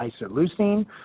isoleucine